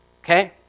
Okay